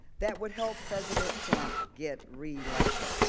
that would help president trump get reelected.